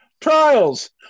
trials